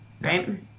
right